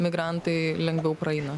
migrantai lengviau praeina